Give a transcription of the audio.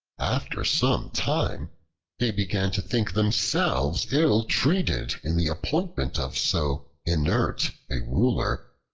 after some time they began to think themselves ill-treated in the appointment of so inert a ruler,